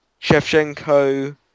Shevchenko